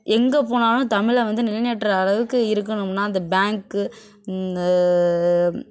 எங்கே போனாலும் தமிழை வந்து நிலைநாட்டுற அளவுக்கு இருக்கணும்னால் அந்த பேங்க்கு